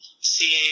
seeing